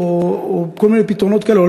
או כל מיני פתרונות כאלה,